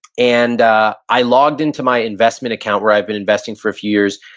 and i logged into my investment account where i've been investing for a few years.